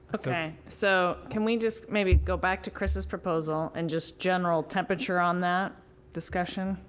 ok. so can we just maybe go back to chris's proposal. and just general temperature on that discussion.